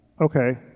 okay